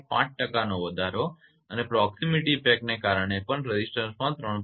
5 ટકાનો વધારો અને પ્રોક્શિમીટી ઇફેક્ટને કારણે પણ રેઝિસ્ટન્સમાં 3